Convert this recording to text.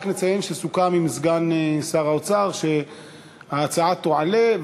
רק נציין שסוכם עם סגן שר האוצר שההצעה תועלה,